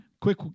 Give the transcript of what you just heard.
Quick